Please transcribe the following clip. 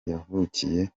yavukiye